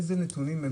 השאלה איזה נתונים הם